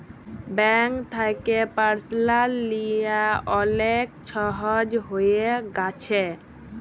bank থ্যাকে পারসলাল লিয়া অলেক ছহজ হঁয়ে গ্যাছে